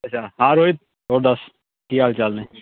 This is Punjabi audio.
ਅੱਛਾ ਹਾਂ ਰੋਹਿਤ ਹੋਰ ਦੱਸ ਕੀ ਹਾਲ ਚਾਲ ਨੇ